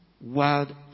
wild